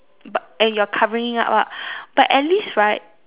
but and you're covering it up lah but at least right